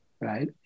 right